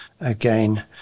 again